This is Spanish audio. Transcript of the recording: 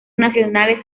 nacionales